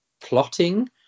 plotting